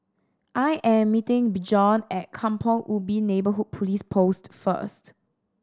I am meeting Bjorn at Kampong Ubi Neighbourhood Police Post first